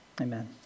amen